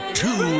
two